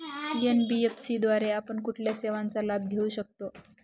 NBFC द्वारे आपण कुठल्या सेवांचा लाभ घेऊ शकतो?